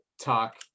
talk